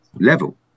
level